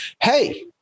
hey